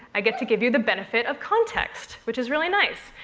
i get to give you the benefit of context, which is really nice.